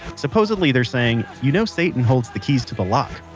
supposedly they are saying you know satan holds the keys to the lock.